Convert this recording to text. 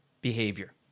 behavior